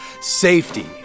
Safety